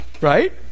right